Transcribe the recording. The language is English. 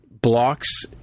blocks